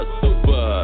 super